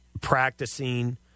practicing